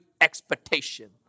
expectation